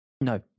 No